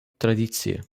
tradicie